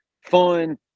fun